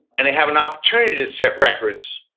and they have an opportunity to set records,